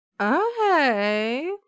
Okay